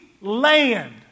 land